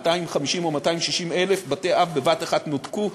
250,000 או 260,000 בתי-אב בבת-אחת נותקו,